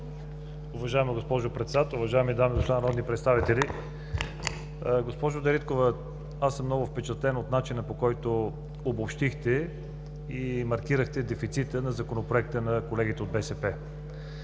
Уважаема госпожо Председател, уважаеми дами и господа народни представители! Госпожо Дариткова, аз съм много впечатлен от начина, по който обобщихте и маркирахте дефицита на Законопроекта на колегите от БСП.